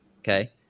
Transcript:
Okay